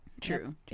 true